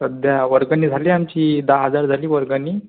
सध्या वर्गणी झाली आमची दहा हजार झाली वर्गणी